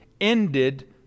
ended